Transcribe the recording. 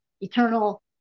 eternal